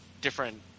different